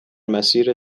مسیر